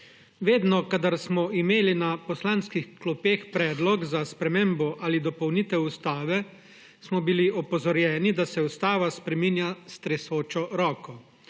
Vedno, kadar smo imeli na poslanskih klopeh predlog za spremembo ali dopolnitev ustave smo bili opozorjeni, da se ustava spreminja s tresočo roko.